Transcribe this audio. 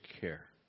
care